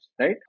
right